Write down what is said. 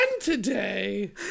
today